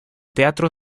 teatro